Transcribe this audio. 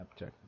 Snapchat